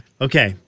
Okay